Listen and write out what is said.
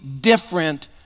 different